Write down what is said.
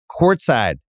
courtside